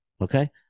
okay